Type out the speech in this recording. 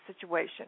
situation